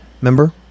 remember